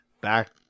Back